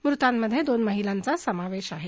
मृतांमध्ये दोन महिलांचा समावेश आहे